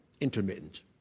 intermittent